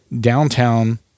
downtown